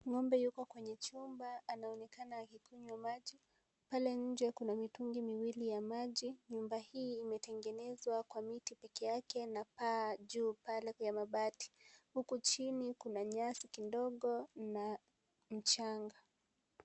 Ng'ombe yuko kwenye chumba. Anaonekana akikunywa maji. Pale nje kuna mitungi miwili ya maji. Nyumba hii imetengenezwa kwa miti peke yake na paa juu pale ya mabati. Huku chini kuna nyasi kidogo, kuna mchanga.